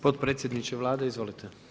Potpredsjedniče Vlade izvolite.